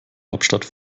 hauptstadt